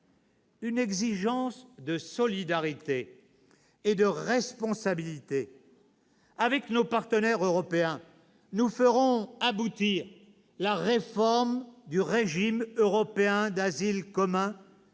une exigence de solidarité et de responsabilité. Avec nos partenaires européens, nous ferons aboutir la réforme du régime européen d'asile commun